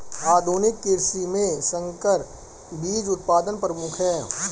आधुनिक कृषि में संकर बीज उत्पादन प्रमुख है